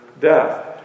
death